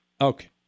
Okay